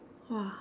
!wah!